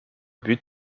but